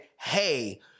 Hey